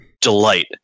delight